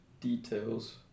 details